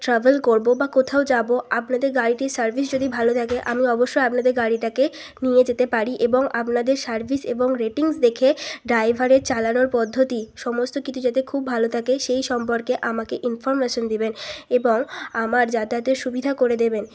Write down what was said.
travel করব বা কোথাও যাব আপনাদের গাড়িটির সার্ভিস যদি ভালো থাকে আমি অবশ্যই আপনাদের গাড়িটাকে নিয়ে যেতে পারি এবং আপনাদের সার্ভিস এবং রেটিংস দেখে ড্রাইভারের চালানোর পদ্ধতি সমস্ত কিছু যাতে খুব ভালো থাকে সেই সম্পর্কে আমাকে ইনফরমেশান দিবেন এবং আমার যাতায়াতের সুবিধা করে দেবেন